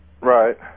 Right